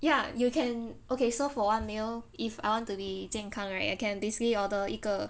ya you can okay so for one meal if I want to be 健康 right I can basically order 一个